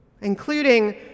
including